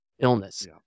illness